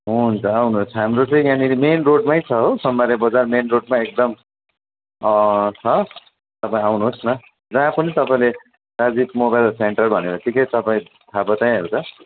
हुन्छ आउनु होस् हाम्रो चाहिँ यहाँनेरि मेन रोडमै छ हो सोमबारे बजार मेन रोडमा एकदम छ तपाईँ आउनु होस् न जहाँ पनि तपाईँले राजीव मोबाइल सेन्टर भनेर चाहिँ सिधै तपाईँ थाहा बताइहाल्छ